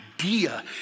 idea